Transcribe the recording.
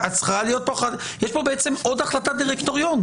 יש פה בעצם עוד החלטת דירקטוריון.